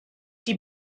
die